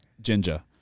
Ginger